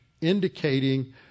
indicating